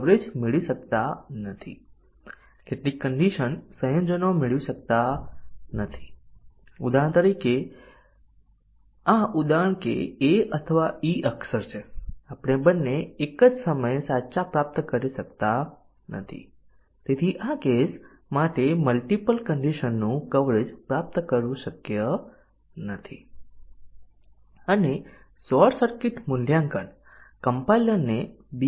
હવે જો આપણી પાસે a એ 70 છે અને b 50 છે અને a એ 30 છે અને b 20 છે તો તે બેઝીક કન્ડિશન કવરેજ પ્રાપ્ત કરે છે કારણ કે પ્રથમ તે સાચું બનાવે છે અને આ ખોટું છે અને બીજું આ ખોટું છે અને આ સાચું છે